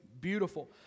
beautiful